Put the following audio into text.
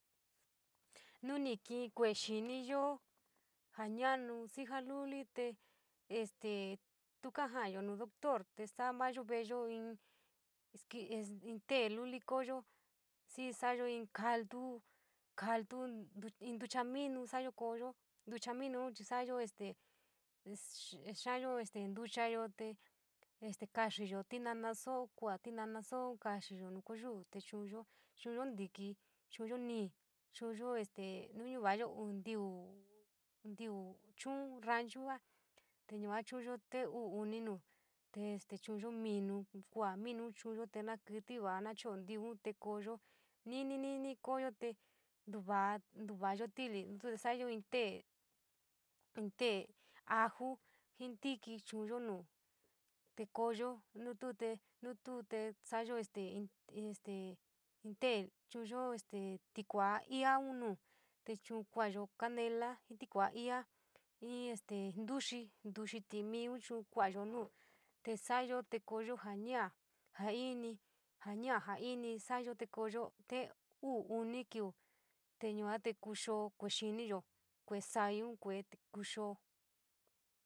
Nuu ni kii kue’e xiini yoo, jaa ñanu xii jaluli te este tuu kaa ja’ayo nu doctor, te sa’a mayo ve’eyo inn in té luli ko’oyo, xii sa’ayo inn caltu, caltu in ntuchaminu sa’ayo ko’oyo ntuchaminun chii sa’ayo, este xiaayo este ntuchayo te este kaxiyo tinanosoo, kua’a tinana soo kaxiyo nuu ko’o yuu te chu’uyo, chu’uyo ntiki, chu’unyo ñii, chu’unyo este nuu ñuva’ayo uu tiví, ntiuí chuun ranchua te yua chu’unyo te uu, uni nuu te chu’unyo minu kua’a minun chu’unyo te naa kítí va’a, naa cho’o tívín te ko’oyo ni’ini, ni’ini ko’oyo te ntuva, ntuvayo ti’ili, nu tu te sa’ayo in té, in té aju, jii ntíkí chu’uyo nuu, tee ko’oyo, nu tuu tee, nu tuu tee sa’ayo in in ste té chu’uyo stee tikua iiaun nuu te chu’un kua’ayo canela, tikua iia, in este ntuxii timii chu’un jaa ño’a, jaa ini sa’ayo te co’oyo, jaa ñaa, jaa ini, jaa ño’a, jaa ini sa’ayo te co’oyo tee uu, uni kiu, te yua te kuxio kue’e xiniyo, kuee saiii kuxoo.